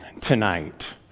tonight